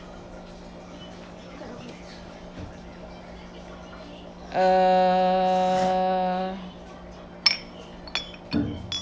err